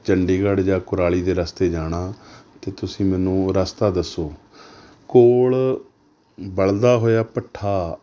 ਚੰਡੀਗੜ੍ਹ ਜਾਂ ਕੁਰਾਲੀ ਦੇ ਰਸਤੇ ਜਾਣਾ ਅਤੇ ਤੁਸੀਂ ਮੈਨੂੰ ਰਸਤਾ ਦੱਸੋ ਕੋਲ ਬਲ਼ਦਾ ਹੋਇਆ ਭੱਠਾ